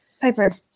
Piper